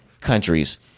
countries